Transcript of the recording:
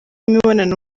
imibonano